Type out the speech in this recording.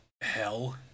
hell